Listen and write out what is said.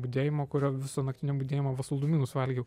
budėjimo kurio viso naktinio budėjimo va saldumynus valgiau